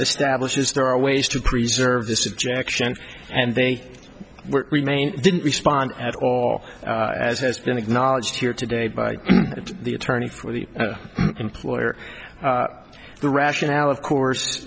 establishes there are ways to preserve this objection and they were remaining didn't respond at all as has been acknowledged here today by the attorney for the employer the rationale of course